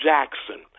Jackson